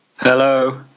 Hello